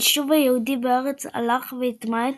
היישוב היהודי בארץ הלך והתמעט